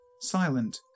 Silent